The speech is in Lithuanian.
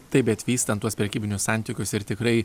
taip bet vystant tuos prekybinius santykius ir tikrai